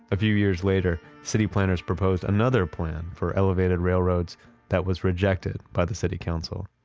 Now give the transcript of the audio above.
a few years later, city planners proposed another plan for elevated railroads that was rejected by the city council.